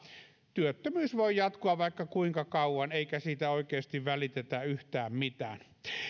työttömyys voi jatkua vaikka kuinka kauan eikä siitä oikeasti välitetä yhtään mitään